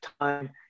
time